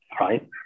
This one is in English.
right